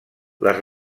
les